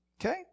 okay